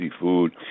food